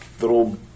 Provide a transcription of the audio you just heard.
little